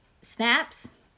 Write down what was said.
snaps